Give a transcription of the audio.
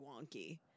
wonky